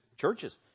churches